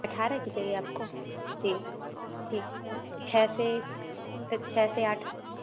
अठरह की चाहिए आपको जी ठीक है छह से तक छह से आठ